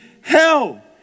hell